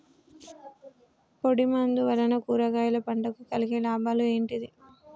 పొడిమందు వలన కూరగాయల పంటకు కలిగే లాభాలు ఏంటిది?